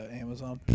Amazon